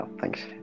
thanks